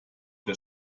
der